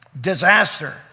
disaster